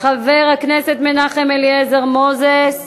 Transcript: חבר הכנסת מנחם אליעזר מוזס,